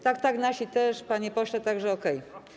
Tak, tak, nasi też, panie pośle, tak że okej.